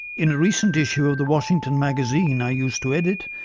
in a recent issue of the washington magazine i used to edit,